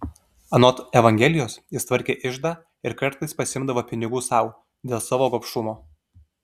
anot evangelijos jis tvarkė iždą ir kartais pasiimdavo pinigų sau dėl savo gobšumo